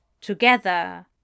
together